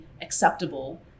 acceptable